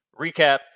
recap